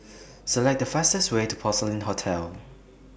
Select The fastest Way to Porcelain Hotel